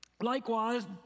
likewise